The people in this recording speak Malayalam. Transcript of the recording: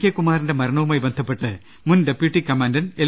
കെ കുമാറിന്റെ മരണവുമായി ബന്ധപ്പെട്ട് മുൻ ഡെപ്യൂട്ടി കമാൻഡന്റ് എൽ